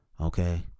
okay